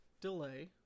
delay